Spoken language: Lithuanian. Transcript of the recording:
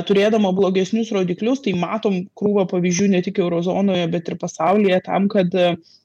turėdama blogesnius rodiklius tai matom krūvą pavyzdžių ne tik euro zonoje bet ir pasaulyje tam kad